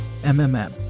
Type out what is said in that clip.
MMM